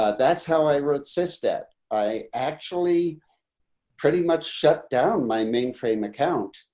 ah that's how i wrote cyst that i actually pretty much shut down my mainframe account.